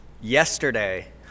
Yesterday